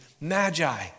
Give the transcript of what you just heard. magi